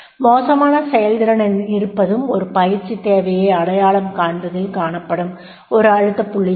மோசமான செயல்திறன் இருப்பதும் ஒரு பயிற்சித் தேவையை அடையாளம் காண்பதில் காணப்படும் ஒரு அழுத்தப் புள்ளியாகும்